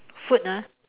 food ah